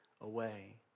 away